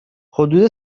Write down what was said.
حدود